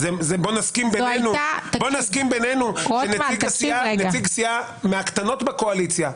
בואי נסכים בינינו שנציג סיעה מהקטנות בקואליציה,